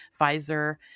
Pfizer